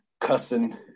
cussing